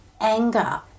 anger